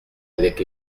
avec